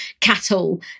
cattle